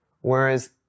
Whereas